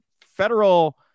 federal